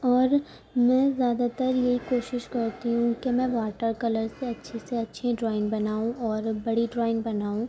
اور میں زیادہ تر یہی کوشش کرتی ہوں کہ میں واٹر کلر سے اچھی سے اچھی ڈرائنگ بناؤں اور بڑی ڈرائنگ بناؤں